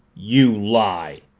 you lie!